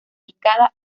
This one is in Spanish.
picada